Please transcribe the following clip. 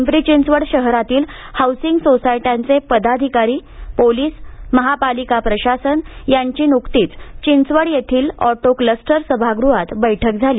पिंपरी चिंचवड शहरातील हाउसिंग सोसायट्यांचे पदाधिकारी पोलीस महापालिका प्रशासन यांची नुकतीच चिंचवड येथील ऑटो क्लस्टर सभाग्रहात बैठक झाली